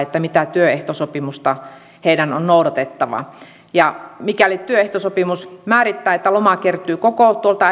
mitä työehtosopimusta heidän on noudatettava mikäli työehtosopimus määrittää että lomaa kertyy koko tuolta